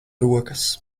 rokas